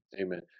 amen